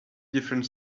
different